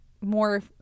more